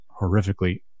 horrifically